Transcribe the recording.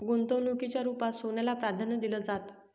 गुंतवणुकीच्या रुपात सोन्याला प्राधान्य दिलं जातं